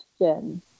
question